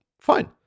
fine